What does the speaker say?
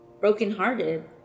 brokenhearted